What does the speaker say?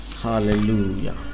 Hallelujah